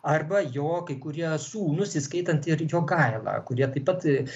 arba jo kai kurie sūnūs įskaitant ir jogailą kurie taip pat